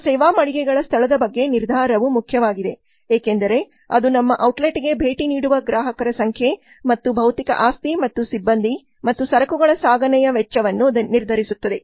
ನಮ್ಮ ಸೇವಾ ಮಳಿಗೆಗಳ ಸ್ಥಳದ ಬಗ್ಗೆ ನಿರ್ಧಾರವು ಮುಖ್ಯವಾಗಿದೆ ಏಕೆಂದರೆ ಅದು ನಮ್ಮ ಔಟ್ಲೆಟ್ಗೆ ಭೇಟಿ ನೀಡುವ ಗ್ರಾಹಕರ ಸಂಖ್ಯೆ ಮತ್ತು ಭೌತಿಕ ಆಸ್ತಿ ಮತ್ತು ಸಿಬ್ಬಂದಿ ಮತ್ತು ಸರಕುಗಳ ಸಾಗಣೆಯ ವೆಚ್ಚವನ್ನು ನಿರ್ಧರಿಸುತ್ತದೆ